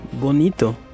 bonito